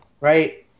right